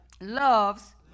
loves